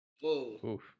Whoa